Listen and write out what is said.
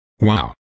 Wow